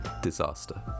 disaster